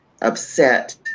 upset